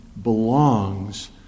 belongs